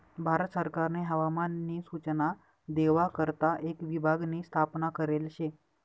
भारत सरकारनी हवामान नी सूचना देवा करता एक विभाग नी स्थापना करेल शे